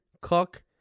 Cook